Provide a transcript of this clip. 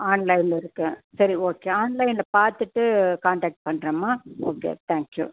ஆன்லைனில் இருக்கு சரி ஓகே ஆன்லைனில் பார்த்துட்டு கான்டாக்ட் பண்ணுறமா ஓகே தேங்க் யூ